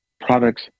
products